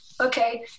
Okay